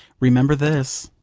remember this,